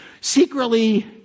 secretly